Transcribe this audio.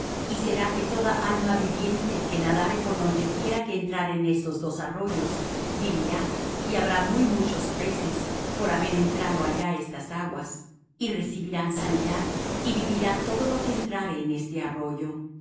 y será que toda alma viviente que nadare por donde quiera que entraren estos dos arroyos vivirá y habrá muy muchos peces por haber entrado allá estas aguas y recibirán sanidad y vivirá todo lo que entrare en este arroyo